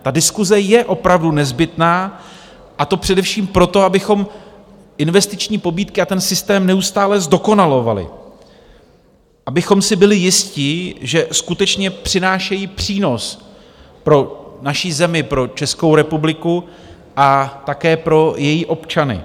Ta diskuse je opravdu nezbytná, a to především proto, abychom investiční pobídky a ten systém neustále zdokonalovali, abychom si byli jisti, že skutečně přinášejí přínos pro naši zemi, pro Českou republiku a také pro její občany.